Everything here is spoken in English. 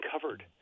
covered